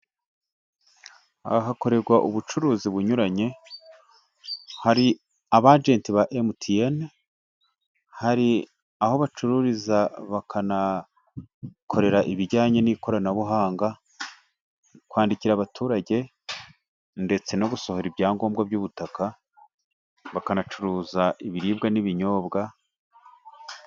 Aha hakorerwa ubucuruzi bunyuranye, hari aba ajenti ba Emutiyeni, hari aho bacururiza bakanahakorera ibijyanye n'ikoranabuhanga, kwandikira abaturage ndetse no gusohora ibyangombwa by'ubutaka, bakanacuruza ibiribwa n'ibinyobwa.